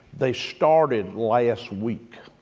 they started last week.